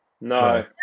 No